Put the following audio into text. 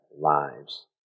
lives